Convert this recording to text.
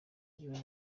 njyewe